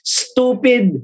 stupid